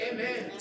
Amen